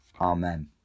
Amen